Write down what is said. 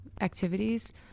activities